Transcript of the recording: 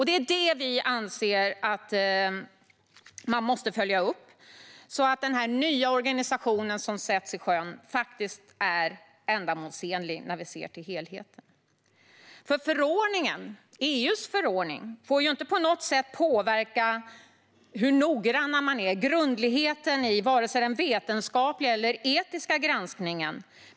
Det är det som vi anser måste följas upp, så att den nya organisation som sätts i sjön är ändamålsenlig, när vi ser till helheten. EU:s förordning får nämligen inte på något sätt påverka grundligheten i vare sig den vetenskapliga eller etiska granskningen.